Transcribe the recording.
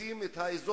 מתסיסים את האזור.